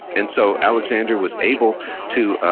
and so, alexander was able to,